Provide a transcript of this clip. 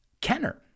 Kenner